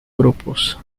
grupos